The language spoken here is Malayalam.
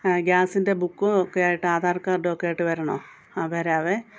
ആ ഗ്യാസിൻ്റെ ബുക്കുമൊക്കെ ആയിട്ട് ആധാർ കാർഡുമൊക്കെയിട്ടു വരണോ ആ വരാമേ